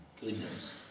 goodness